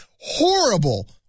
horrible